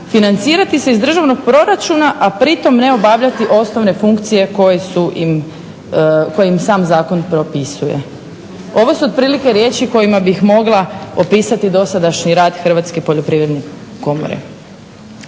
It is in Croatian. financirati se iz državnog proračuna, a pritom ne obavljati osnovne funkcije koje im sam zakon propisuje. Ovo su otprilike riječi kojima bih mogla opisati dosadašnji rad Hrvatske poljoprivredne komore.